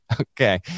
Okay